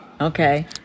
Okay